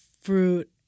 fruit